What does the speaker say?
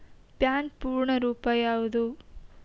PAN ಪೂರ್ಣ ರೂಪ ಯಾವುದು?